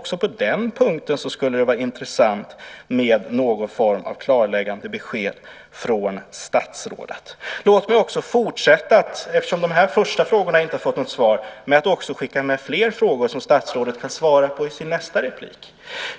Också på den punkten skulle det vara intressant med någon form av klarläggande besked från statsrådet. Låt mig fortsätta, eftersom de första frågorna inte har fått något svar, med att skicka med fler frågor som statsrådet kan svara på i sitt nästa inlägg.